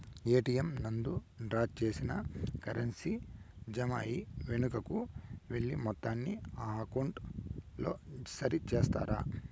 ATM నందు draw చేసిన currency jam అయి వెనుకకు వెళ్లిన మొత్తాన్ని నా అకౌంట్ లో సరి చేస్తారా?